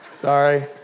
Sorry